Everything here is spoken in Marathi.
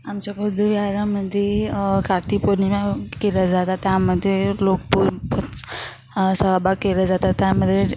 आमच्या बुद्धविहारामध्ये कार्तिक पौर्णिमा केल्या जातात त्यामध्ये लोकपूर् सहभाग केला जातात त्यामध्ये